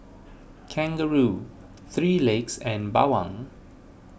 Kangaroo three Legs and Bawang